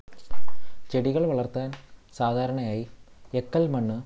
ചെടികൾ വളർത്താൻ സാധാരണയായി എക്കൽ മണ്ണ്